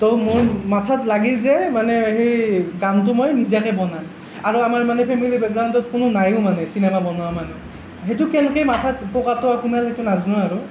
তো মোৰ মাথাত লাগিল যে মানে সেই গানটো মই নিজাকৈ বনাম আৰু আমাৰ মানে ফেমেলি ব্ৰেকগ্ৰাউণ্ডটো কোনো নাইও মানে চিনেমা বনোৱা মানুহ সেইটো কেনেকৈ মাথাত পোকটো সোমাল সেইটো নাজানো আৰু